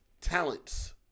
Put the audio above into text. talents